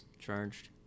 charged